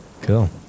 Cool